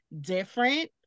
different